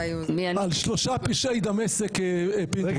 על שלושה פשעי דמשק, פינדרוס.